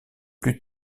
plus